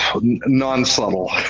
non-subtle